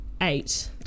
eight